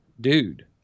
dude